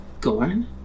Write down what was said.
Gorn